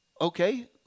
okay